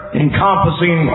encompassing